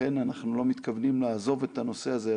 ולכן אנחנו לא מתכוונים לעזוב את הנושא הזה,